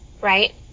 Right